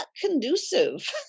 conducive